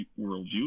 worldview